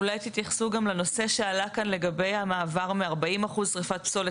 אולי תתייחסו גם לנושא שעלה כאן לגבי המעבר מ-40 אחוז שריפת פסולת